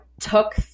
took